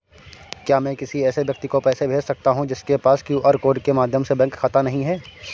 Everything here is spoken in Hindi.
क्या मैं किसी ऐसे व्यक्ति को पैसे भेज सकता हूँ जिसके पास क्यू.आर कोड के माध्यम से बैंक खाता नहीं है?